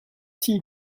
tea